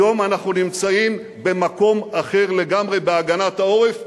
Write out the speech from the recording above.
היום אנחנו נמצאים במקום אחר לגמרי בהגנת העורף.